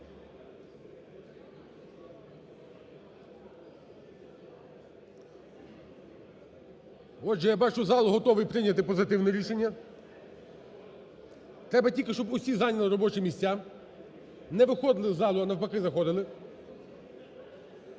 Отже, я бачу, зал готовий прийняти позитивне рішення. Треба тільки, щоб всі зайняли робочі місця, не виходили з залу, а навпаки заходили.